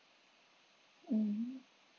mm